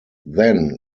then